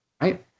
Right